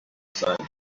rusange